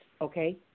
okay